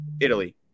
Italy